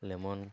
lemon